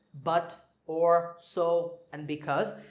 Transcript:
but, or, so and because.